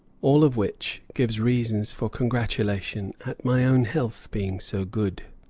all of which gives reason for congratulation at my own health being so good.